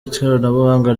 ikoranabuhanga